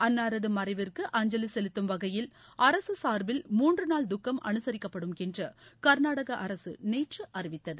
அன்னாரது மறைவிற்கு அஞ்சவி செலுத்தும் வகையில் அரசு சார்பில் மூன்று நாள் துக்கம் அனுசரிக்கப்படும் என்று கா்நாடக அரசு நேற்று அறிவித்தது